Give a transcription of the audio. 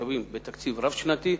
משאבים בתקציב רב-שנתי.